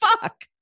fuck